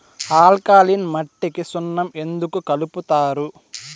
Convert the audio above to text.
alkaline మట్టికి సున్నం ఎందుకు కలుపుతారు